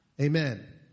Amen